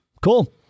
cool